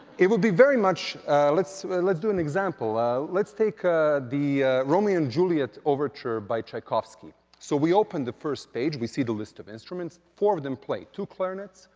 it would be very much let's let's do an example. ah let's take ah the romeo and juliet overture, by tchaikovsky. so we open the first page we see the list of instruments. four of them play two clarinets,